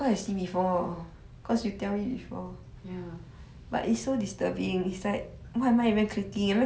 orh so you thought it's just chopsticks ah orh ya